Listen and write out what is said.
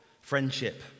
friendship